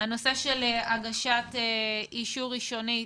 המנגנון וביננו לגבי התהליך להגשת אישור ראשוני.